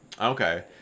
Okay